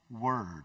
word